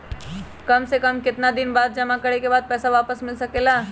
काम से कम केतना दिन जमा करें बे बाद पैसा वापस मिल सकेला?